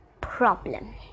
problem